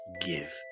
give